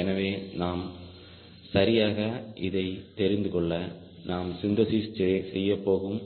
எனவே நாம் சரியாக இதை தெரிந்துகொள்ள நாம் சிந்திசைஸ் செய்யப்போகும்